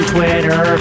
Twitter